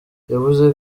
yavuze